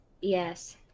Yes